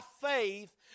faith